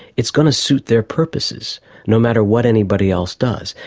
it's going to suit their purposes no matter what anybody else does.